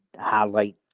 highlight